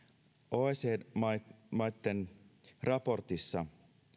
oecd maitten raportissa